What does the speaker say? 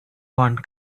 one